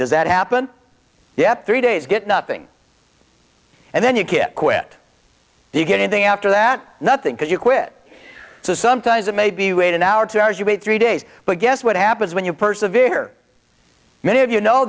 does that happen yet three days get nothing and then you get quit you get in thing after that nothing could you quit sometimes it may be wait an hour two hours you wait three days but guess what happens when you persevered many of you know